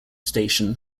station